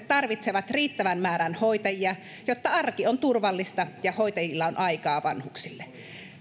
tarvitsevat riittävän määrän hoitajia jotta arki on turvallista ja hoitajilla on aikaa vanhuksille